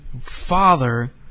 father